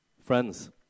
Friends